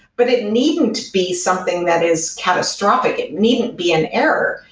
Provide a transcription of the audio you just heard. but it needn't be something that is catastrophic. it needn't be an error.